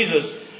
Jesus